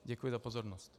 Děkuji za pozornost.